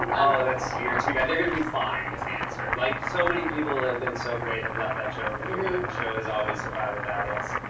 and oh, that's you're too yeah they're gonna be fine, is the answer. like, so many people that have been so great have left that show over the years, and the show has always survived without us.